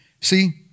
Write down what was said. See